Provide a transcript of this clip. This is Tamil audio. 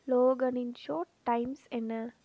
லோகனின் ஷோ டைம்ஸ் என்ன